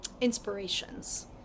inspirations